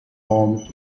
home